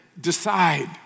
decide